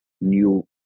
new